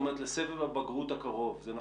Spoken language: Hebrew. זאת אומרת לסבב הבגרות הקרוב.